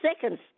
Seconds